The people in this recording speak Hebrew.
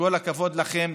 כל הכבוד לכם.